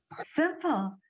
simple